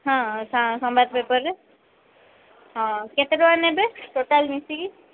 ହଁ ସମାଜ ପେପର୍ରେ ହଁ କେତେ ଟଙ୍କା ନେବେ ଟୋଟାଲ୍ ମିଶିକି